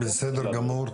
אוקיי, בסדר גמור.